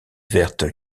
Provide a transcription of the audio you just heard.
vertes